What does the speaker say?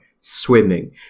swimming